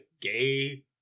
gay